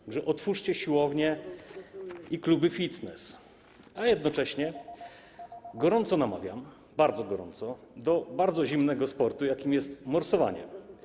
Tak że otwórzcie siłownie i kluby fitness, a jednocześnie gorąco namawiam, bardzo gorąco, do bardzo zimnego sportu, jakim jest morsowanie.